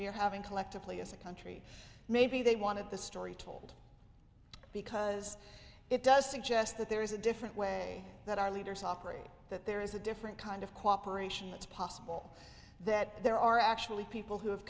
we're having collectively as a country maybe they wanted the story told because it does suggest that there is a different way that our leaders operate that there is a different kind of cooperation it's possible that there are actually people who have